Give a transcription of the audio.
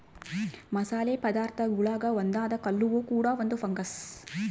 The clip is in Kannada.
ಮಸಾಲೆ ಪದಾರ್ಥಗುಳಾಗ ಒಂದಾದ ಕಲ್ಲುವ್ವ ಕೂಡ ಒಂದು ಫಂಗಸ್